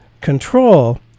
control